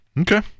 Okay